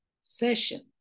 session